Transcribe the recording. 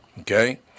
Okay